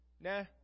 nah